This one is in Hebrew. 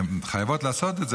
הן חייבות לעשות את זה,